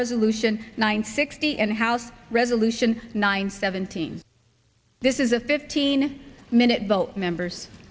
resolution nine sixty and house resolution nine seventeen this is a fifteen minute bulk members